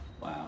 Wow